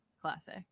Classic